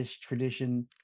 tradition